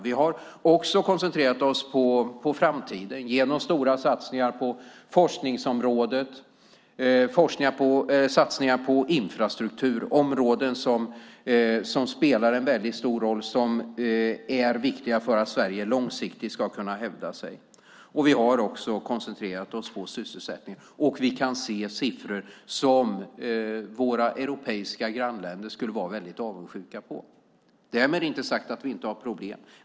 Vi har också koncentrerat oss på framtiden genom stora satsningar på forskningsområdet och satsningar på infrastruktur. Det är områden som spelar väldigt stor roll och är viktiga för att Sverige långsiktigt ska kunna hävda sig. Vi har också koncentrerat oss på sysselsättningen. Vi kan uppvisa siffror som våra europeiska grannländer skulle vara väldigt avundsjuka på. Därmed inte sagt att vi inte har problem.